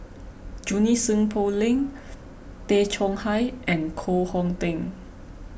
Junie Sng Poh Leng Tay Chong Hai and Koh Hong Teng